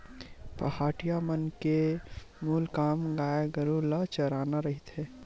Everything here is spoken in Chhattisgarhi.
पहाटिया मन के मूल काम गाय गरु ल चराना रहिथे